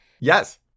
Yes